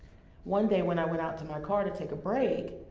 one day, when i went out to my car to take a break,